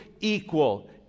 equal